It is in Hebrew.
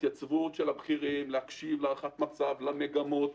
ההתייצבות של הבכירים להקשיב להערכת למצב, למגמות.